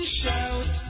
shout